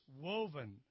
woven